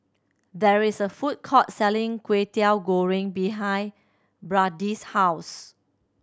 there is a food court selling Kway Teow Goreng behind Bradyn's house